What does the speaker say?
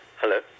hello